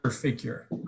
figure